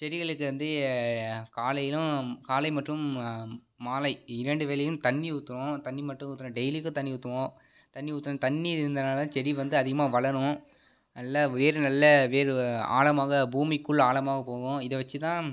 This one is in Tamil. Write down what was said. செடிகளுக்கு வந்து காலையிலும் காலை மற்றும் மாலை இரண்டு வேளையும் தண்ணீ ஊத்துகிறோம் தண்ணீர் மட்டும் ஊத்துகிறோம் டெய்லிக்கும் தண்ணீர் ஊற்றுவோம் தண்ணீர் ஊற்றினது தண்ணீர் இருந்ததினால செடி வந்து அதிகமாக வளரும் நல்லா வேர் நல்லா வேர் ஆழமாக பூமிக்குள் ஆழமாக போகும் இதை வச்சு தான்